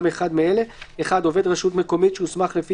גם אחד מאלה: (1)עובד רשות מקומית שהוסמך לפי